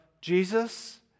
Jesus